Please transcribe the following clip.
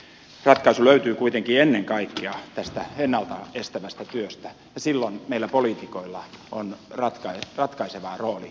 ratkaisu löytyy kuitenkin ennen kaikkea tästä ennalta estävästä työstä ja silloin meillä poliitikoilla on ratkaiseva rooli